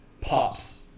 pops